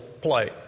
play